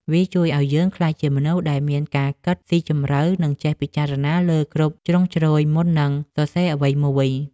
វាជួយឱ្យយើងក្លាយជាមនុស្សដែលមានការគិតស៊ីជម្រៅ និងចេះពិចារណាលើគ្រប់ជ្រុងជ្រោយមុននឹងសរសេរអ្វីមួយ។